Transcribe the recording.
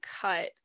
cut